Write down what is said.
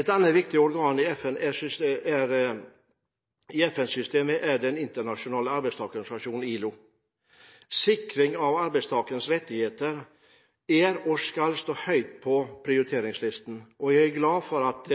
Et annet viktig organ i FN-systemet er den internasjonale arbeidstakerorganisasjonen ILO. Sikring av arbeidstakernes rettigheter er – og skal stå – høyt på prioriteringslisten, og jeg er glad for at